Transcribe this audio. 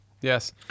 yes